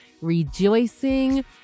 rejoicing